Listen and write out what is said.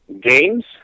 games